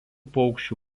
paukščių